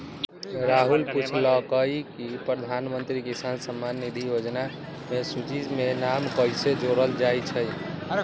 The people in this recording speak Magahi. राहुल पूछलकई कि प्रधानमंत्री किसान सम्मान निधि योजना के सूची में नाम कईसे जोरल जाई छई